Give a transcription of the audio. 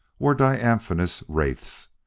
were diaphanous wraiths.